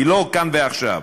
היא לא כאן ועכשיו.